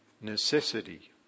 necessity